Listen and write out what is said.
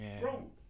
Bro